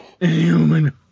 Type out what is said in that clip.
Inhuman